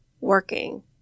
working